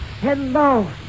Hello